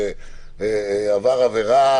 עבר עברה